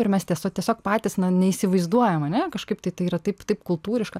ir mes tiesa tiesiog patys na neįsivaizduojam ane kažkaip tai tai yra taip taip kultūriška